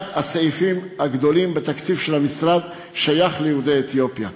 אחד הסעיפים הגדולים בתקציב של המשרד שייך ליהודי אתיופיה,